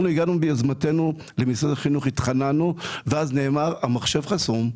אנחנו הגענו ביוזמתנו למשרד החינוך והתחננו ואז נאמר שהמחשב חסום,